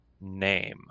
name